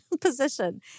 position